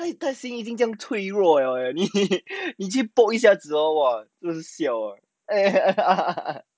他他心已经这样脆弱 liao eh 你你去 poke 一下子 hor siao ah